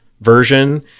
version